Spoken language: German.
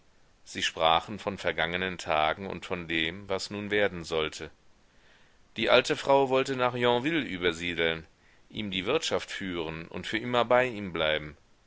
sie sprachen von vergangenen tagen und von dem was nun werden sollte die alte frau wollte nach yonville übersiedeln ihm die wirtschaft führen und für immer bei ihm bleiben